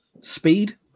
speed